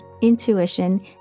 intuition